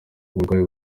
uburwayi